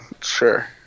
sure